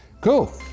Cool